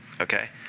Okay